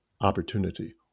opportunity